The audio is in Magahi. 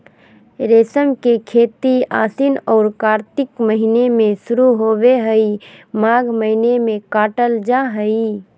रेशम के खेती आशिन औरो कार्तिक महीना में शुरू होबे हइ, माघ महीना में काटल जा हइ